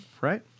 right